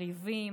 הריבים,